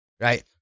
right